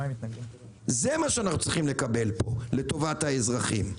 זה מה שאנחנו צריכים לקבל לטובת האזרחים.